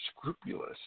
scrupulous